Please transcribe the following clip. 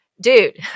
dude